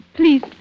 please